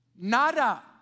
Nada